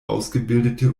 ausgebildete